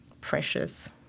precious